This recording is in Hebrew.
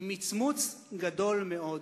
היא מצמוץ גדול מאוד.